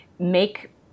make